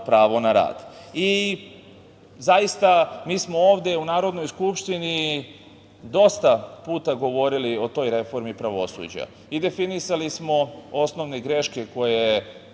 pravo na rad. Zaista smo ovde u Narodnoj skupštini dosta puta govorili o toj reformi pravosuđa. Definisali smo osnovne greške koje